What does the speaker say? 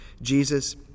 Jesus